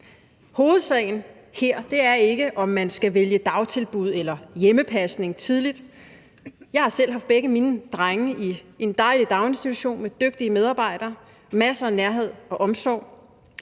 Hovedsagen her er ikke, om man skal vælge dagtilbud eller hjemmepasning tidligt. Jeg har selv haft begge mine drenge i en dejlig daginstitution med dygtige medarbejdere og masser af nærhed og omsorg.